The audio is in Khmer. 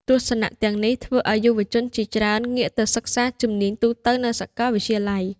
ទស្សនៈទាំងនេះធ្វើឱ្យយុវជនជាច្រើនងាកទៅសិក្សាជំនាញទូទៅនៅសាកលវិទ្យាល័យ។